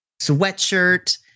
sweatshirt